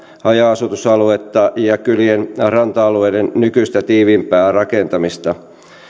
haja asutusaluetta ja kylien ranta alueiden nykyistä tiiviimpää rakentamista